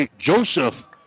Joseph